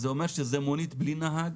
זה אומר שזאת מונית בלי נהג?